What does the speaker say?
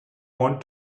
want